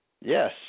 Yes